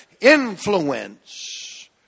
influence